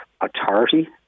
authority